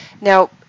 Now